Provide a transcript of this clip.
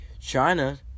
China